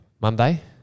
Monday